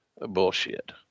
bullshit